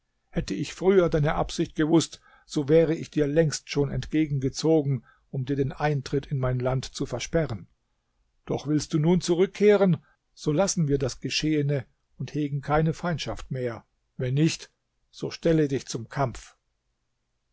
hätte ich früher deine absicht gewußt so wäre ich dir längst schon entgegen gezogen um dir den eintritt in mein land zu versperren doch willst du nun zurückkehren so lassen wir das geschehene und hegen keine feindschaft mehr wenn nicht so stelle dich zum kampf